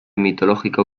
mitológico